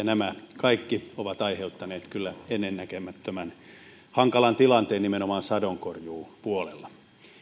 nämä kaikki ovat kyllä aiheuttaneet ennennäkemättömän hankalan tilanteen nimenomaan sadonkorjuun puolella